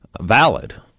valid